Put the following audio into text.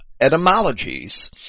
etymologies